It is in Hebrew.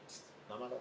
תודה רבה,